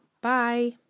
Bye